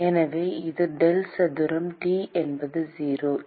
எனவே இது டெல் சதுரம் T என்பது 0